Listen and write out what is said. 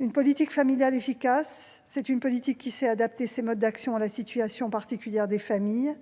Une politique familiale efficace, c'est une politique qui sait adapter ses modes d'action à la situation particulière des familles.